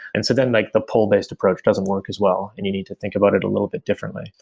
and so then like the pull-based approach doesn't work as well and you need to think about it a little bit differently.